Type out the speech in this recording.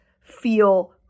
feel